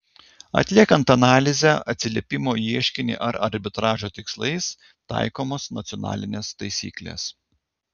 atliekant analizę atsiliepimo į ieškinį ar arbitražo tikslais taikomos nacionalinės taisyklės